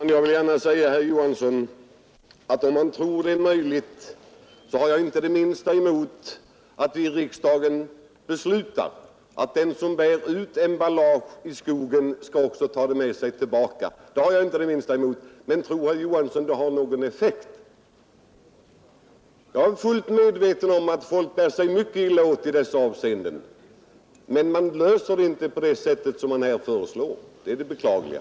Herr talman! Jag vill gärna säga till herr Johansson i Holmgården att jag inte har det minsta emot att riksdagen beslutar att den som bär ut emballage i skogen också skall ta det med sig tillbaka. Men tror herr Johansson att det har någon effekt? Jag är fullt medveten om att folk bär sig mycket illa åt i dessa avseenden, men man löser inte problemet på det sättet som här föreslås. Det är det beklagliga.